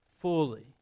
fully